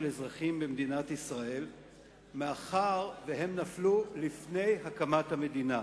אזרחים במדינת ישראל מאחר שהם נפלו לפני הקמת המדינה,